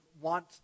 want